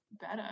better